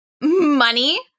Money